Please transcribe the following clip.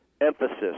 emphasis